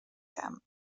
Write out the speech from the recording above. camp